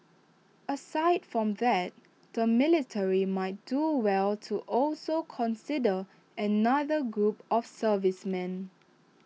aside from that the military might do well to also consider another group of servicemen